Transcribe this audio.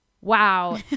wow